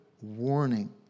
warning